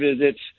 visits